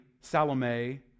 salome